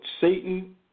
Satan